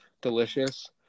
delicious